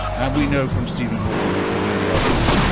and we know from stephen hawking and from any others,